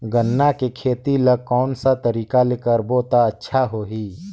गन्ना के खेती ला कोन सा तरीका ले करबो त अच्छा होही?